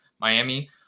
Miami